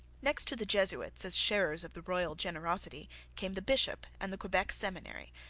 next to the jesuits as sharers of the royal generosity came the bishop and the quebec seminary,